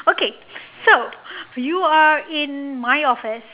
okay so you are in my office